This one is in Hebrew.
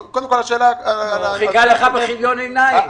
הוא חיכה לך בכיליון עיניים.